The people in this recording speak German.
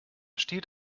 steht